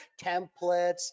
templates